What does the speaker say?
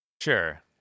sure